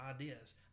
ideas